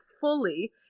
fully